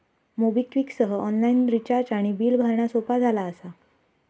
MobiKwik सह online recharge आणि bill भरणा सोपा झाला असा